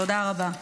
תודה רבה.